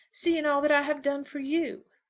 seeing all that i have done for you!